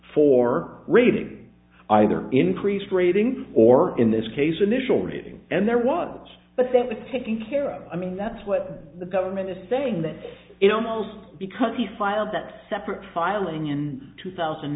for rated either increased rating or in this case initial rating and there was but that was taking care of i mean that's what the government is saying that it almost because he filed that separate filing in two thousand